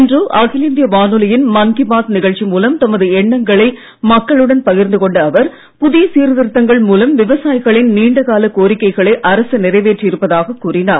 இன்று அகில இந்திய வானொலியின் மன் கீ பாத் நிகழ்ச்சி மூலம் தமது எண்ணங்களை மக்களுடன் பகிர்ந்து கொண்ட அவர் புதிய சீர்திருத்தங்கள் மூலம் விவசாயிகளின் நீண்ட கால கோரிக்கைகளை அரசு நிறைவேற்றி இருப்பதாக கூறினார்